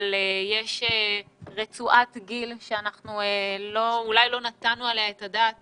אבל יש רצועת גיל שאנחנו אולי לא נתנו את הדעת